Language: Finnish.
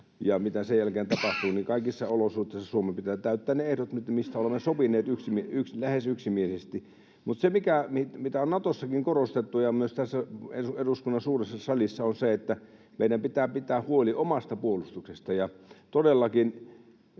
ja mitä sen jälkeen tapahtuu, niin kaikissa olosuhteissa Suomen pitää täyttää ne ehdot, mistä olemme sopineet lähes yksimielisesti. Mutta se, mitä on Natossa ja myös tässä eduskunnan suuressa salissa korostettu, on se, että meidän pitää pitää huoli omasta puolustuksesta. Todellakin